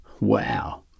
Wow